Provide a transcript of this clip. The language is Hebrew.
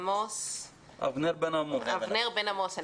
אבנר בן-עמוס.